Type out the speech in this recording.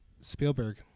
Spielberg